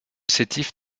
sétif